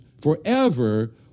forever